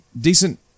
decent